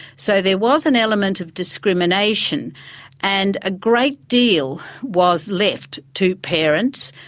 so there was an element of discrimination and a great deal was left to parents.